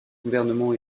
gouvernement